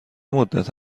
مدت